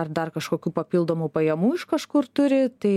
ar dar kažkokių papildomų pajamų iš kažkur turi tai